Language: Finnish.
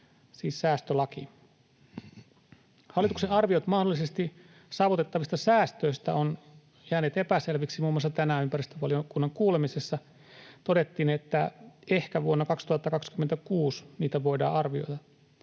Hallituksen arviot mahdollisesti saavutettavista säästöistä ovat jääneet epäselviksi. Muun muassa tänään ympäristövaliokunnan kuulemisessa todettiin, että ehkä vuonna 2026 niitä voidaan arvioida.